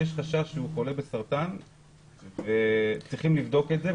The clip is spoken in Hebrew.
יש חשש שהוא חולה בסרטן וצריך לבדוק את זה,